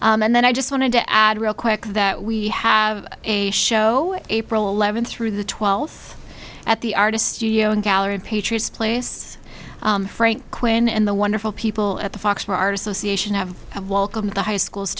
book and then i just wanted to add real quick that we have a show april eleventh through the twelfth at the artist's studio and gallery patriots place frank quinn and the wonderful people at the fox mart association have have welcomed the high schools